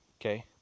Okay